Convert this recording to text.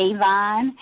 Avon